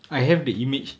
I have the image